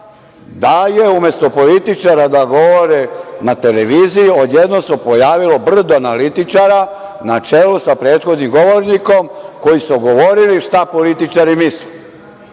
da se umesto političara da govore na televiziji odjednom pojavilo brdo analitičara na čelu sa prethodnim govornikom, koji su govorili šta političari misle.E